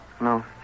no